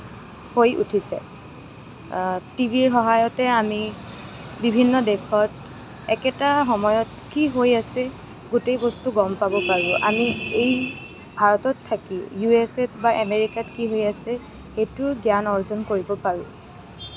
হৈ উঠিছে টিভিৰ সহায়তে আমি বিভিন্ন দেশত একেটা সময়ত কি হৈ আছে গোটেই বস্তু গম পাব পাৰোঁ আমি এই ভাৰতত থাকিও ইউ এছ এ বা আমেৰিকাত কি হৈ আছে সেইটোৰ জ্ঞান অৰ্জন কৰিব পাৰোঁ